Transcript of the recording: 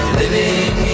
living